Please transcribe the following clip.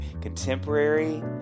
Contemporary